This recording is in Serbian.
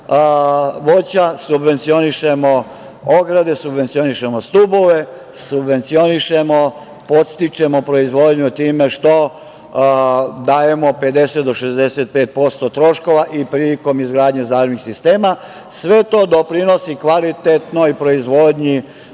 voća, subvencionišemo ograde, subvencionišemo stubove, subvencionišemo, podstičemo proizvodnju time što dajemo 50 do 65% troškova i prilikom izgradnje zalivnih sistema. Sve to doprinosi kvalitetnoj proizvodnji